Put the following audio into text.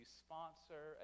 sponsor